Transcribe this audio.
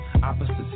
Opposites